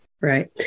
Right